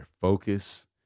focus